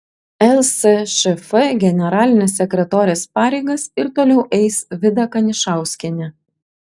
lsšf generalinės sekretorės pareigas ir toliau eis vida kanišauskienė